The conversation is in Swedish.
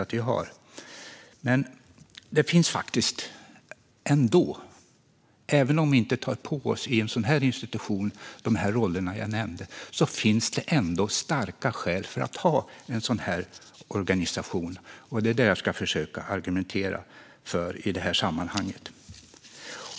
Även om detta institut inte tar på sig de roller jag nu nämnt finns det ändå starka skäl att ha en sådan här organisation, vilket jag ska försöka argumentera för i det här sammanhanget.